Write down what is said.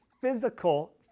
physical